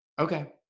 Okay